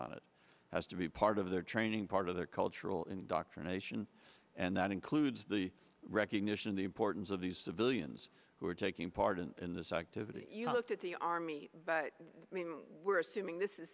on it has to be part of their training part of their cultural indoctrination and that includes the recognition the importance of the civilians who are taking part in this activity at the army but we're assuming this is